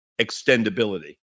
extendability